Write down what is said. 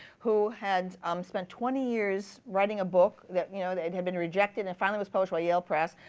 who had um spent twenty years writing a book that you know that and had been rejected, and finally was published by el press.